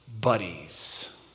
buddies